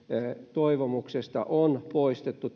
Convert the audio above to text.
toivomuksesta taksinkuljettajan kokeesta on poistettu